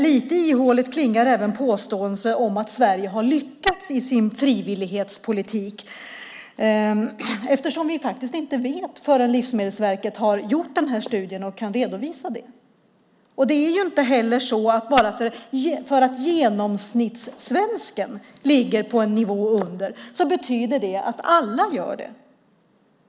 Lite ihåligt klingar även påståendet om att Sverige har lyckats i sin frivillighetspolitik eftersom vi faktiskt inte vet hur det är förrän Livsmedelsverket har gjort denna studie och kan redovisa det. Bara för att genomsnittssvensken ligger på en nivå under betyder det inte att alla gör det.